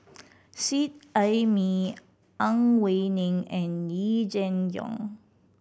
Seet Ai Mee Ang Wei Neng and Yee Jenn Jong